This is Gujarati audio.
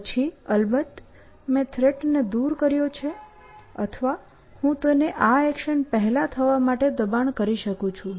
પછી અલબત્ત મેં થ્રેટ ને દૂર કર્યો છે અથવા હું તેને આ એક્શન પહેલાં થવા માટે દબાણ કરી શકું છું